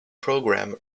programme